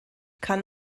kann